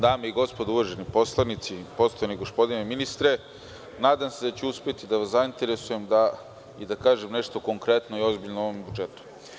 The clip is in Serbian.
Dame i gospodo narodni poslanici, poštovani gospodine ministre, nadam se da ću uspeti da vas zainteresujem i da kažem nešto konkretno i ozbiljno o ovom budžetu.